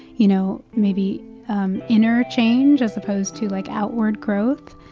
you know, maybe inner change as opposed to, like, outward growth.